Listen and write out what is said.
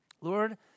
Lord